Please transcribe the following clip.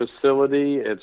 facility